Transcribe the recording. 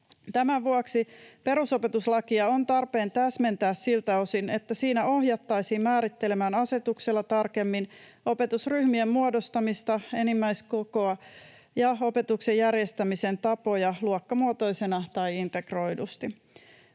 Tämän vuoksi perusopetuslakia on tarpeen täsmentää siltä osin, että siinä ohjattaisiin määrittelemään asetuksella tarkemmin opetusryhmien muodostamista ja enimmäiskokoa ja opetuksen järjestämisen tapoja luokkamuotoisena tai integroidusti.